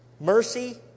Mercy